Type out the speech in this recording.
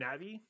Navi